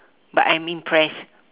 but I'm impressed